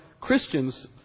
Christians